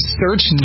search